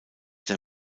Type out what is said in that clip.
der